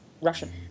russian